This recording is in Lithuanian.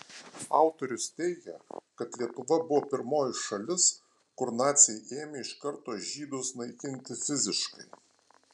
autorius teigia kad lietuva buvo pirmoji šalis kur naciai ėmė iš karto žydus naikinti fiziškai